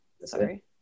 Sorry